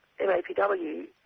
MAPW